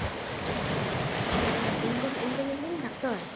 ᱚ ᱤᱧ ᱫᱚ ᱤᱧᱫᱚ ᱢᱮᱱᱫᱤᱧ ᱰᱟᱠᱴᱚᱨ